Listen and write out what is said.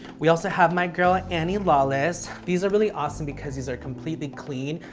we also have my girl, ah annie lawless. these are really awesome because these are completely clean.